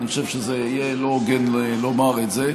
אני חושב שזה יהיה לא הוגן לומר את זה.